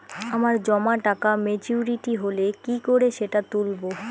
আমার জমা টাকা মেচুউরিটি হলে কি করে সেটা তুলব?